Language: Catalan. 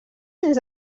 anys